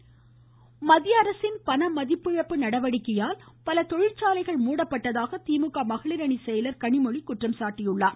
கனிமொழி மத்திய அரசின் பண மதிப்பிழப்பு நடவடிக்கையால் பல தொழிற்சாலைகள் மூடப்பட்டுள்ளதாக திமுக மகளிர் அணி செயலர் கனிமொழி குற்றம் சாட்டியுள்ளார்